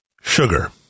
Sugar